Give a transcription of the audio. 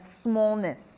smallness